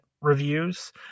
reviews